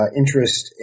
interest